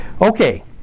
Okay